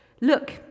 Look